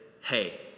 hey